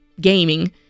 gaming